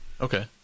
Okay